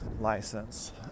license